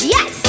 Yes